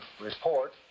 report